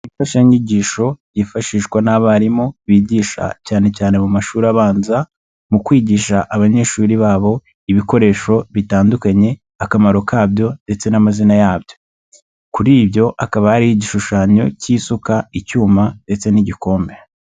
Imfashanyigisho yifashishwa n'abarimu bigisha cyane cyane mu mashuri abanza, mu kwigisha abanyeshuri babo, ibikoresho bitandukanye, akamaro kabyo ndetse n'amazina yabyo. Kuri ibyo hakaba hari igishushanyo cy'isuka, icyuma ndetse n'igikombe.